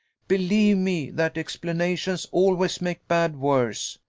believe me, that explanations always make bad worse.